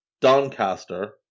Doncaster